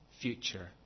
future